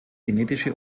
genetische